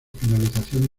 finalización